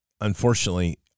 unfortunately